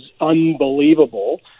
unbelievable